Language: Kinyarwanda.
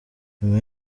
nyuma